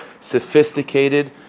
sophisticated